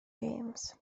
james